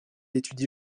étudie